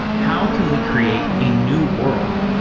how can we create a new world?